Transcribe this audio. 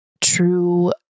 true